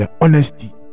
honesty